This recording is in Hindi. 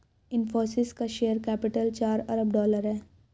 इनफ़ोसिस का शेयर कैपिटल चार अरब डॉलर है